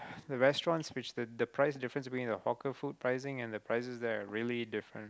the restaurants which the the price difference between the hawker food pricing and the prices there are really different